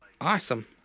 awesome